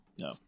No